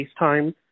FaceTime